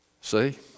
See